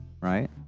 right